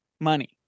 money